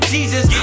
Jesus